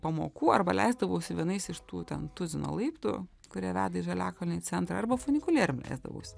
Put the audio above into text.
pamokų arba leisdavausi vienais iš tų ten tuzino laiptų kurie vedė iš žaliakalnio į centrą arba funikulierium leisdavausi